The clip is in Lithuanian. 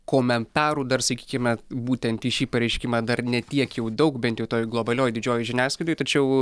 komentarų dar sakykime būtent į šį pareiškimą dar ne tiek jau daug bent jau toj globalioj didžiojoj žiniasklaidoj tačiau